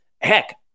heck